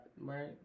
Right